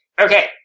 Okay